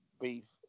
beef